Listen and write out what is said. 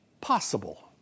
possible